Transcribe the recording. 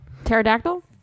Pterodactyl